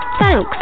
Thanks